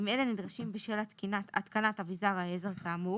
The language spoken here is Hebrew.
אם אלה נדרשים בשל התקנת אבזר העזר כאמור,